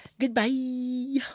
goodbye